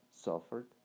suffered